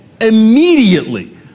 immediately